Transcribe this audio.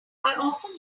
often